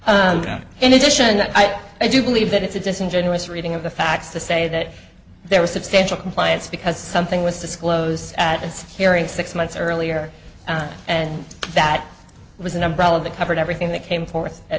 that i do believe that it's a disingenuous reading of the facts to say that there was substantial compliance because something was disclosed at its hearing six months earlier and that was an umbrella that covered everything that came forth a